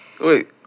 Wait